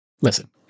Listen